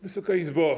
Wysoka Izbo!